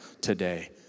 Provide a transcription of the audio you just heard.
today